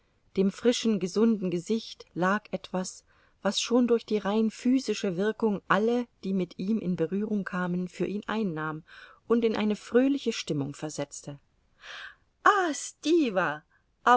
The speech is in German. dem frischen gesunden gesicht lag etwas was schon durch die rein physische wirkung alle die mit ihm in berührung kamen für ihn einnahm und in eine fröhliche stimmung versetzte ah stiwa